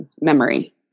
memory